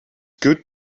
good